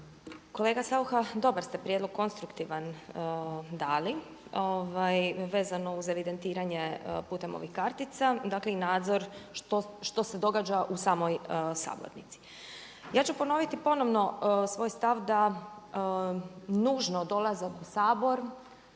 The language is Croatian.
Kolega Saucha dobar ste prijedlog konstruktivan dali vezano uz evidentiranje putem ovih kartica dakle i nadzor što se događa u samoj sabornici. Ja ću ponoviti ponovno svoj stav da nužno dolazak u Sabor